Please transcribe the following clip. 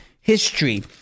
history